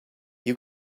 you